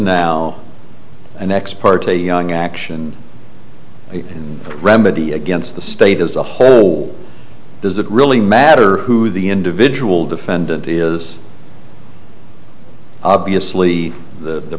now an ex parte young action remedy against the state as a whole does it really matter who the individual defendant is obviously the